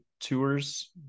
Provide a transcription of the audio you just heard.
tours